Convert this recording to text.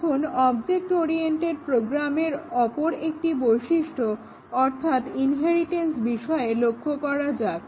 এখন object oriented প্রোগ্রামের অপর একটি বৈশিষ্ট্য অর্থাৎ ইনহেরিটেন্স বিষয়ে লক্ষ্য করা যাক